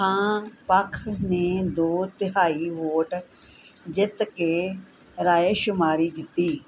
ਹਾਂ ਪੱਖ ਨੇ ਦੋ ਤਿਹਾਈ ਵੋਟ ਜਿੱਤ ਕੇ ਰਾਏਸ਼ੁਮਾਰੀ ਜਿੱਤੀ